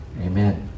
amen